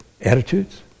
attitudes